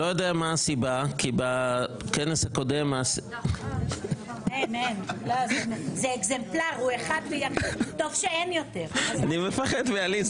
לא יודע מה הסיבה כי בכנס הקודם --- נאפשר לזאב